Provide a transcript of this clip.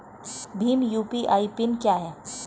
Bhim UPI PIN क्या है?